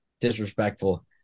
disrespectful